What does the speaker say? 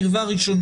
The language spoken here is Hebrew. זאת קרבה ראשונה.